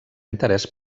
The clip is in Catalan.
interès